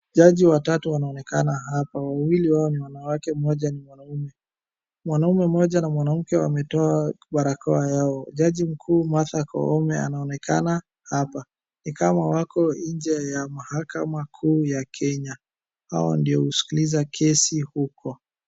Jaji watatu wanaonekana hapa wawili wao ni wanawake mmoja ni mwananaume, mwanaume mmoja na mwanamke wametoa barakoa yao. Jaji mkuu Martha Koome anaonekana hapa ni kama wako nje ya mahaka kuu ya Kenya hao ndio huskiliza kesi huko.